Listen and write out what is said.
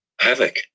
havoc